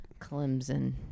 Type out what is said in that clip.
Clemson